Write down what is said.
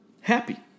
happy